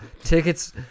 Tickets